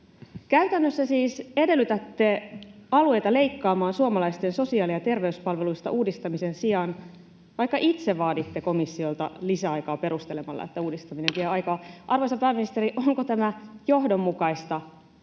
Käytännössä siis edellytätte alueita leikkaamaan suomalaisten sosiaali- ja terveyspalveluista uudistamisen sijaan, vaikka itse vaaditte komissiolta lisäaikaa perustelemalla, että uudistaminen vie aikaa. Arvoisa pääministeri, onko tämä johdonmukaista,